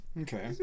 okay